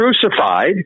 crucified